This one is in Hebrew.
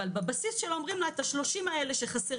אבל בבסיס אומרים לה שאת ה-30 שחסרים,